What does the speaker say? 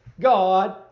God